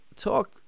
Talk